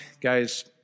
guys